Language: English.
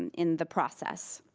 and in the process.